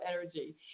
energy